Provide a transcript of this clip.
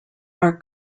are